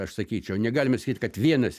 aš sakyčiau negalime sakyt kad vienas